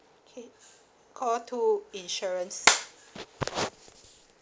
okay call two insurance